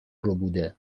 ربوده